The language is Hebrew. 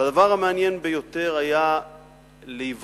אבל הדבר המעניין ביותר היה להיווכח